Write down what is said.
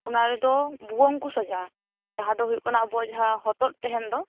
ᱚᱱᱟᱨᱮᱫᱚ ᱵᱷᱩᱣᱟ ᱝ ᱠᱚ ᱥᱟᱡᱟᱣᱟ ᱡᱟᱦᱟᱸ ᱫᱚ ᱦᱩᱭᱩᱜ ᱠᱟᱱᱟ ᱟᱵᱚᱣᱟᱜ ᱡᱟᱦᱟᱸ ᱦᱚᱛᱚᱫ ᱛᱟᱦᱮᱱ ᱫᱚ